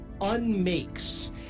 unmakes